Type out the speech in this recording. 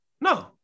no